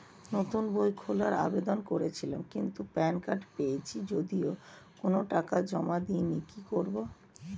নতুন বই খোলার আবেদন করেছিলাম কিন্তু প্যান কার্ড পেয়েছি যদিও কোনো টাকা জমা দিইনি কি করব?